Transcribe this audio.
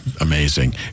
amazing